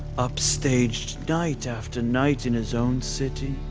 upstaged night after night in his own city,